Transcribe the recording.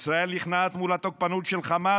ישראל נכנעת מול התוקפנות של חמאס,